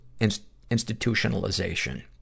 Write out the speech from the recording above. institutionalization